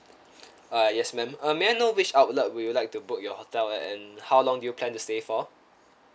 uh yes ma'am uh may I know which outlet will you like to book your hotel and how long do you plan to stay for